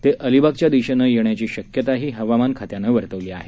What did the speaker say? ते अलिबागच्या दिशेने येण्याची शक्यताही हवामान खात्यानं वर्तवलेली आहे